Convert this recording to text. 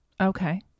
Okay